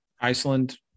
Iceland